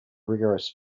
rigorous